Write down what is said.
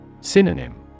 Synonym